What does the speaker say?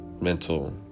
mental